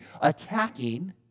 attacking